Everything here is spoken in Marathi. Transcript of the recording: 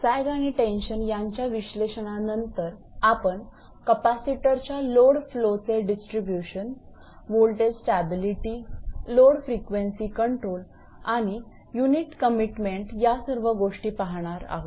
सॅग आणि टेन्शन यांच्या विश्लेषणनंतर आपण कपॅसिटरच्या लोड फ्लो चे distribution voltage stability load frequency control आणि युनिट कमिटमेंट या सर्व गोष्टी पाहणार आहोत